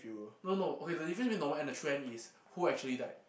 no no okay the difference between the normal and true end is who actually die